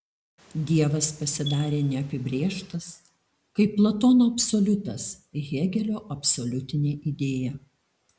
dievas pasidarė neapibrėžtas kaip platono absoliutas hėgelio absoliutinė idėja